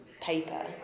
paper